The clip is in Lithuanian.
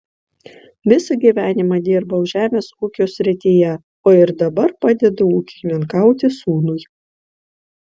visą gyvenimą dirbau žemės ūkio srityje o ir dabar padedu ūkininkauti sūnui